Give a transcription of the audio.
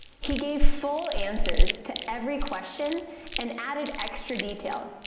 he gave full answers to every question and added extra detail,